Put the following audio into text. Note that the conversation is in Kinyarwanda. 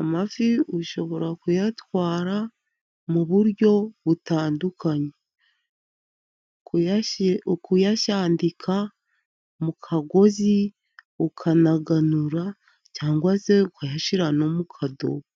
amafi ushobora kuyatwara mu buryo butandukanye: ukuyajandika mu kagozi ukanaganura, cyangwa se ukayashyira mu ukadobo.